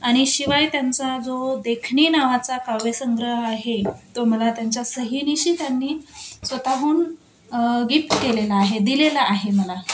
आनि शिवाय त्यांचा जो देखणी नावाचा काव्य संग्रह आहे तो मला त्यांच्या सही नीशी त्यांनी स्वतहून गिफ्ट केलेला आहे दिलेला आहे मला